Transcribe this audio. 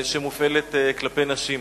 שמופעלת כלפי נשים.